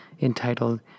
entitled